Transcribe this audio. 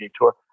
Tour